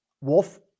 Wolf